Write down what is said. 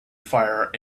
fire